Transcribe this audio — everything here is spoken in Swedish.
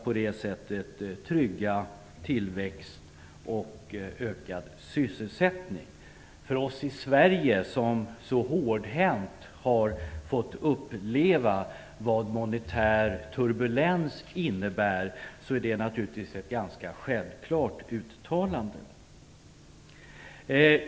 På det sättet tryggar man tillväxten och en ökad sysselsättning. För oss i Sverige, som så hårdhänt har fått uppleva vad en monetär turbulens innebär, är det naturligtvis ett ganska självklart uttalande.